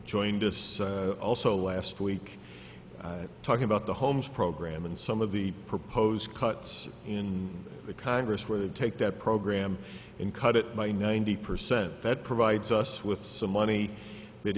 joined us also last week talking about the homes program and some of the proposed cuts in the congress where they take that program and cut it by ninety percent that provides us with some money